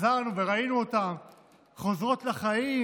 שחזרנו וראינו אותן חוזרות לחיים,